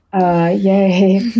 yay